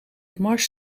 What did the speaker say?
mars